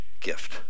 gift